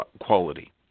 quality